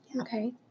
Okay